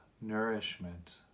nourishment